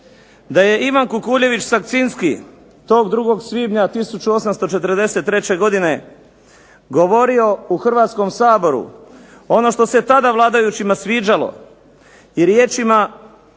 Da je Ivan Kukuljević Sakcinski tog 2. svibnja 1843. godine govorio u Hrvatskom saboru ono što se tada vladajućima sviđalo, i riječima